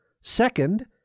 Second